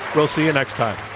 we'll see you next time.